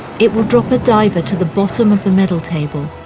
it will drop a diver to the bottom of the medal table.